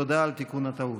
תודה על תיקון הטעות.